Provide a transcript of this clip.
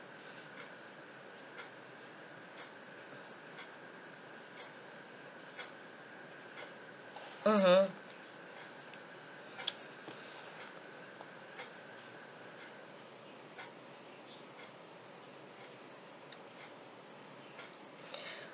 mmhmm